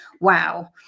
wow